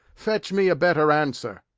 fetch me a better answer.